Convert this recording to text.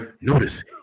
notice